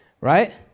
Right